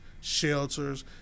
shelters